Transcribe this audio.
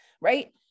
right